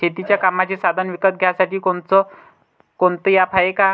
शेतीच्या कामाचे साधनं विकत घ्यासाठी कोनतं ॲप हाये का?